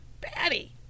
batty